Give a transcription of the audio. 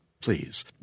Please